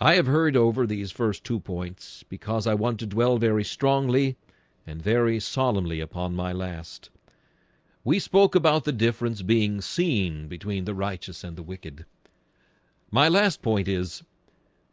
i have heard over these first two points because i want to dwell very strongly and very solemnly upon my last we spoke about the difference being seen between the righteous and the wicked my last point is